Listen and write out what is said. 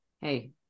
Hey